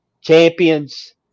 champions